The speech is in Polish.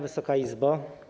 Wysoka Izbo!